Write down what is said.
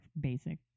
basic